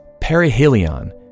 perihelion